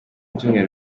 byumweru